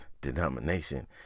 denomination